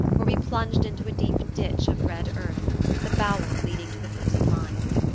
where we plunged into a deep ditch of red earth the bowel leading to the first lines.